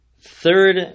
third